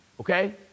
okay